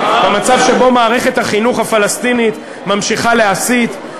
במצב שבו מערכת החינוך הפלסטינית ממשיכה להסית,